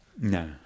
No